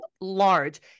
large